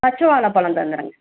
பச்சை வாழைப் பழம் தந்துடுங்க